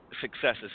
successes